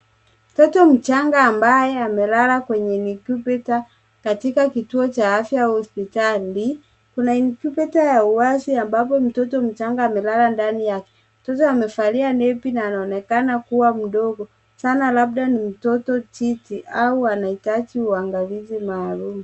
Mtoto mchanga ambaye amelala kwenye incubator katika kituo cha afya au hospitali. Kuna incubator ya wazi ambapo mtoto mchanga amelala ndani yake. Mtoto amevalia nepi na anaonekana kuwa mdogo sana labda mtoto njiti au anahitaji uangalizi maalumu.